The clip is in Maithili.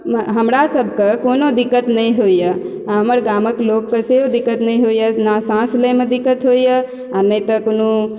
हमरा सबके कोनो दिक्कत नहि होइया आ हमर गामक लोकके सेहो दिक्कत नहि होइया ने साँस लैमे दिक्कत होइया आ नहि तऽ कोनो